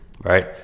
right